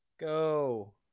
Go